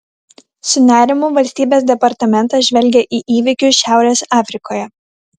su nerimu valstybės departamentas žvelgia į įvykius šiaurės afrikoje